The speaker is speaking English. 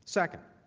second,